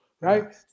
right